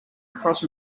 across